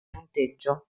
punteggio